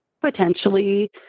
potentially